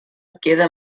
queda